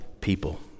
people